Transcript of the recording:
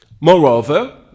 Moreover